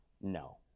no